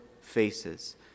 faces